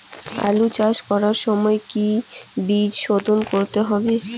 আলু চাষ করার সময় কি বীজ শোধন করতে হবে?